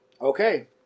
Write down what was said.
Okay